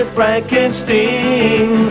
Frankenstein